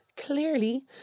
Clearly